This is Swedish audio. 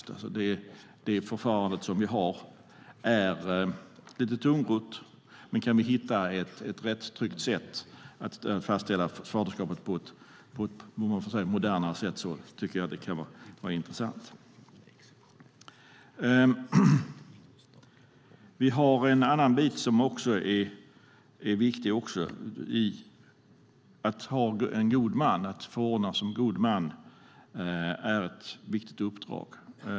Det förfarande som vi har är lite tungrott. Kan vi hitta ett rättstryggt sätt för att fastställa faderskapet på ett modernare sätt tycker jag att det kan vara intressant. Vi har en annan sak som också är viktig. Ett förordnande som god man är ett viktigt uppdrag.